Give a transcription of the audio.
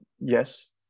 yes